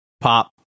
pop